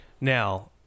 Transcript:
now